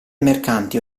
mercanti